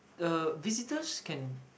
uh visitors can